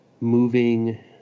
moving